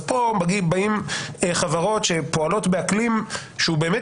אז פה באות חברות שפועלות באקלים שהוא באמת